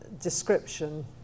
description